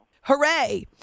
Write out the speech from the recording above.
Hooray